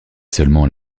seulement